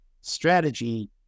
strategy